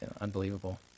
unbelievable